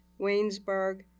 Waynesburg